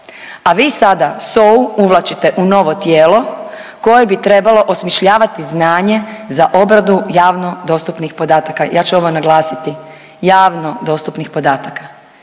a vi sada SOA-u uvlačite u novo tijelo koje bi trebalo osmišljavati znanje za obradu javno dostupnih podataka, ja ću ovo naglasiti, javno dostupnih podataka